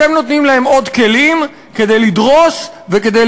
אתם נותנים להם עוד כלים כדי לדרוס וכדי